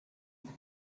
his